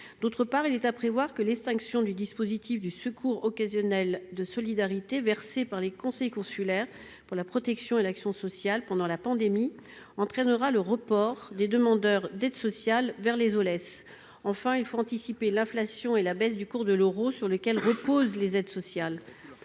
D'autre part, on peut prévoir que l'extinction du dispositif de secours occasionnel de solidarité, versé par les conseils consulaires pour la protection et l'action sociale pendant la pandémie, entraînera le report des demandeurs d'aide sociale vers les Oles. En outre, il faut anticiper l'inflation et la baisse du cours de l'euro, sur lequel reposent les aides sociales.